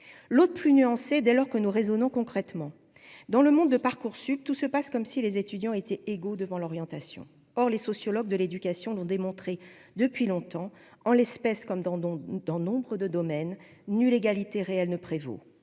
l'autre plus nuancée, dès lors que nous raisonnons concrètement dans le monde de Parcoursup tout se passe comme si les étudiants étaient égaux devant l'orientation, or les sociologues de l'éducation, l'ont démontré depuis longtemps en l'espèce comme dans dans dans nombre de domaines égalité réelle ne prévaut